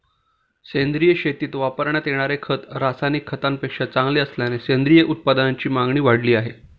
सेंद्रिय शेतीत वापरण्यात येणारे खत रासायनिक खतांपेक्षा चांगले असल्याने सेंद्रिय उत्पादनांची मागणी वाढली आहे